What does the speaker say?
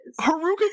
Haruka